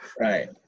right